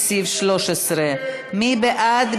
לסעיף 13. מי בעד?